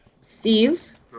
Steve